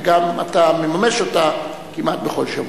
וגם אתה מממש אותה כמעט בכל שבוע,